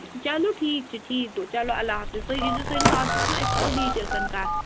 چلو ٹھیٖک چھُ ٹھیٖک گوٚو چلو اللّٰہ حافظ تُہۍ ییٖزیٚو سٲنِس آفِسَس منٛز أسۍ کَرو ڈٹَیل سَان کَتھ